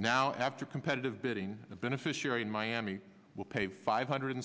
now after competitive bidding the beneficiary in miami will pay five hundred